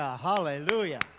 Hallelujah